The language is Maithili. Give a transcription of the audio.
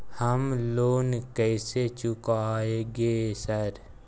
हम लोन कैसे चुकाएंगे सर?